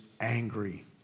angry